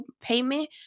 payment